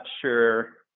sure